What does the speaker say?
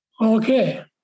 okay